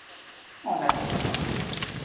ᱚᱱᱮ ᱚᱱᱠᱟ